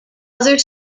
other